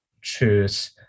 choose